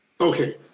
Okay